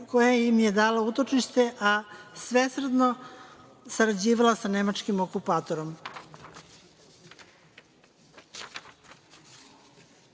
koje im je dalo utočište, a svesrdno sarađivala sa nemačkim okupatorom. Kažu